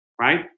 right